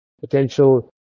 potential